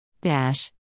Dash